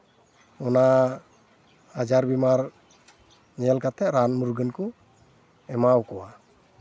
ᱚᱱᱟ ᱟᱡᱟᱨ ᱵᱤᱢᱟᱨ ᱧᱮᱞ ᱠᱟᱛᱮᱫ ᱨᱟᱱ ᱢᱩᱨᱜᱟᱱ ᱠᱚ ᱮᱢᱟᱣ ᱠᱚᱣᱟ